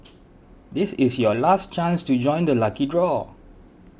this is your last chance to join the lucky draw